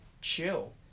Chill